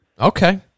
Okay